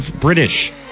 British